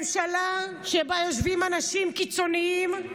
ממשלה שבה יושבים אנשים קיצוניים,